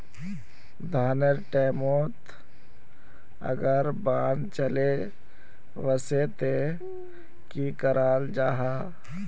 धानेर टैमोत अगर बान चले वसे ते की कराल जहा?